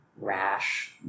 rash